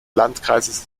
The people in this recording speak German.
landkreises